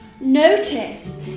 Notice